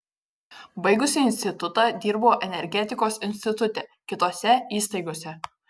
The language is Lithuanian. baigusi institutą dirbau energetikos institute kitose įstaigose